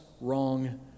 wrong